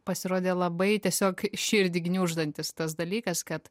pasirodė labai tiesiog širdį gniuždantis tas dalykas kad